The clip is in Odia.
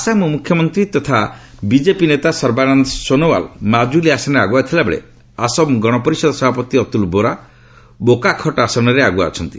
ଆସାମ ମୁଖ୍ୟମନ୍ତ୍ରୀ ତଥା ବିଜେପି ନେତା ସର୍ବାନନ୍ଦ ସୋନଓ୍ବାଲ୍ ମାକୁଲି ଆସନରେ ଆଗୁଆ ଥିଲା ବେଳେ ଅସୋମ ଗଣପରିଷଦ ସଭାପତି ଅତ୍କଲ ବୋରା ବୋକାଖଟ ଆସନରେ ଆଗୁଆ ଅଛନ୍ତି